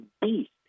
beast